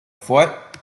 foot